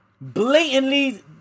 blatantly